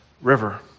river